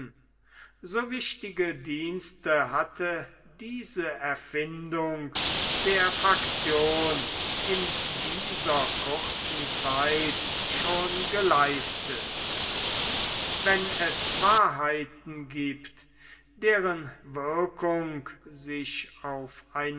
so wichtige dienste hatte diese erfindung der faktion in dieser kurzen zeit schon geleistet wenn es wahrheiten gibt deren wirkung sich auf